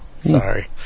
Sorry